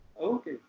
Okay